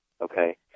Okay